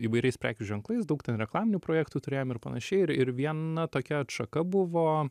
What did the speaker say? įvairiais prekių ženklais daug ten reklaminių projektų turėjom ir panašiai ir ir viena tokia atšaka buvo